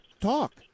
talk